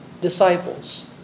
disciples